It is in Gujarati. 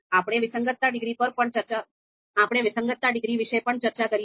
આપણે વિસંગતતા ડિગ્રી વિશે પણ ચર્ચા કરી છે